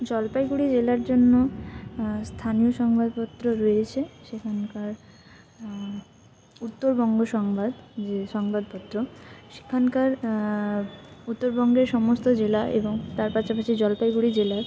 জলপাইগুড়ি জেলার জন্য বা স্থানীয় সংবাদপত্র রয়েছে সেখানকার উত্তরবঙ্গ সংবাদ যে সংবাদপত্র সেখানকার উত্তরবঙ্গের সমস্ত জেলা এবং তার কাছাকাছি জলপাইগুড়ি জেলার